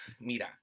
Mira